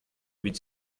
evit